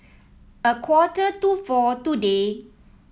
a quarter to four today